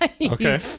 okay